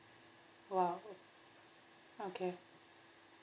!wow! okay